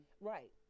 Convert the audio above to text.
Right